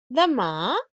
demà